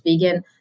vegan